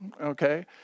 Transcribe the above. Okay